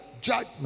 judgment